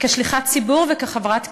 כשליחת ציבור וכחברת כנסת,